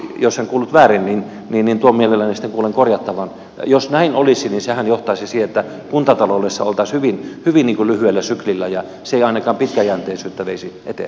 tavallaan jos en kuullut väärin tuon mielelläni sitten kuulen korjattavan jos näin olisi niin sehän johtaisi siihen että kuntataloudessa oltaisiin hyvin lyhyellä syklillä ja se ei ainakaan pitkäjänteisyyttä veisi eteenpäin